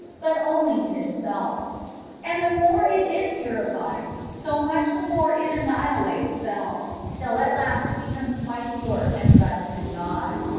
but only in itself and the more it is purifa ed, so much the more it annihilates self, till at last it becomes quite pure and rests in god.